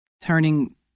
turning